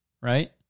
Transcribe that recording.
right